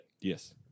Yes